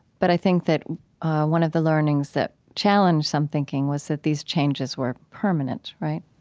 but i think that one of the learnings that challenged some thinking was that these changes were permanent, right,